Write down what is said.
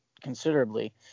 considerably